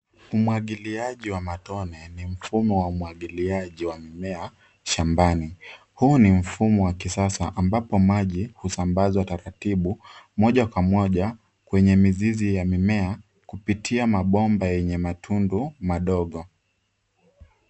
Umwagiliaji wa matone ni mfumo wa umwagiliaji wa mimea shambani. Huu ni mfumo wa kisasa ambapo maji husambazwa taratibu moja kwa moja kwenye mizizi ya mimea kupitia mabomba yenye matundu madogo.